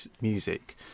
music